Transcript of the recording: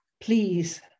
Please